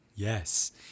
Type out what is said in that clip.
Yes